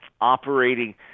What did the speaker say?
operating